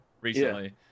recently